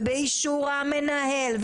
ובאישור המנהל,